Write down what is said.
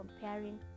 comparing